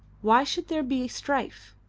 why should there be strife?